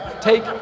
take